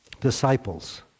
disciples